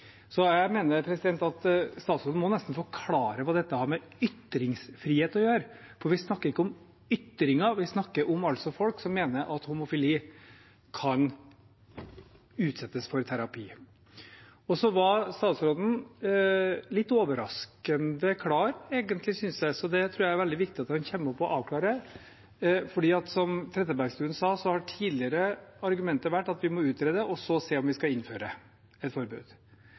Så jeg mener at statsråden nesten må forklare hva dette har med ytringsfrihet å gjøre, for vi snakker ikke om ytringen. Vi snakker om folk som mener at homofili kan utsettes for terapi. Statsråden var litt overraskende klar egentlig, synes jeg, så det tror jeg det er veldig viktig at han kommer opp og avklarer. Som Trettebergstuen sa, har argumentet tidligere vært at man må utrede og så se om vi skal innføre et forbud.